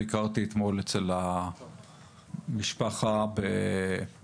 ביקרתי אתמול אצל המשפחה באיכסאכא,